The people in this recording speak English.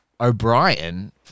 O'Brien